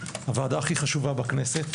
הוועדה הכי חשובה בכנסת.